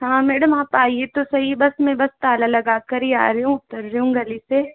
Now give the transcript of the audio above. हाँ मैडम आप आए तो सही बस मैं बस ताला लगा कर ही आ रही हूँ उतर रही हूँ गली से